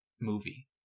movie